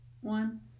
one